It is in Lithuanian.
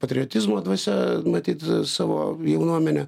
patriotizmo dvasia matyt savo jaunuomenę